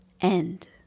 end